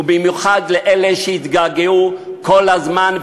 ובמיוחד לאלה שהתגעגעו כל הזמן,